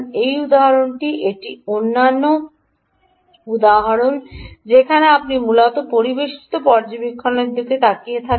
এই উদাহরণটি এটি অন্যান্য উদাহরণ যেখানে আপনি মূলত পরিবেষ্টিত পর্যবেক্ষণের দিকে তাকিয়ে থাকেন